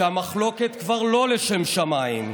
שהמחלוקת כבר לא לשם שמיים,